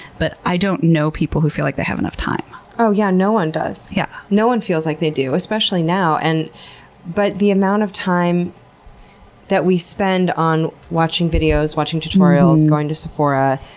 but i don't know people who feel like they have enough time. oh yeah, no one does! yeah no one feels like they do, especially now. and but the amount of time that we spend on watching videos, watching tutorials, going to sephora,